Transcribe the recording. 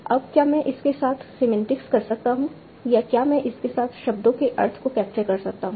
अब क्या मैं इसके साथ सीमेन्टिक्स कर सकता हूं या क्या मैं इसके साथ शब्दों के अर्थ को कैप्चर कर सकता हूं